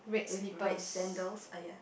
with red sandals oh ye